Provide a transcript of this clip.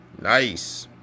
Nice